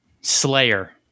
slayer